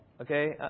Okay